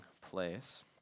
place